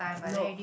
no